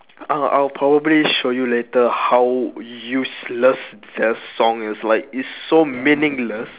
I'll I'll probably show you later how useless their songs like it's so meaningless